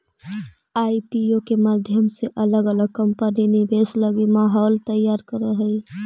IPO के माध्यम से अलग अलग कंपनि निवेश लगी माहौल तैयार करऽ हई